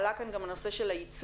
עלה כאן גם הנושא של הייצוג,